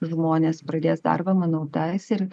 žmonės pradės darbą manau tas ir